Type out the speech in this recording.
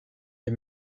des